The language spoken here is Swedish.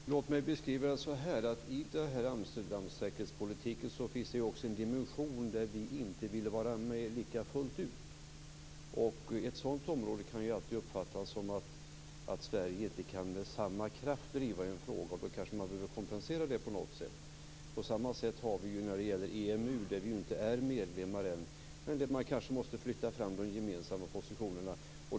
Fru talman! Låt mig beskriva det så här: I Amsterdamssäkerhetspolitiken finns det också en dimension där vi inte vill vara med lika fullt ut. Ett sådant område kan ju alltid uppfattas som att Sverige inte med samma kraft kan driva en fråga. Då behöver man kanske kompensera det på något sätt. På samma sätt är det när det gäller EMU där vi ju inte är medlemmar ännu men där man kanske måste flytta fram de gemensamma positionerna.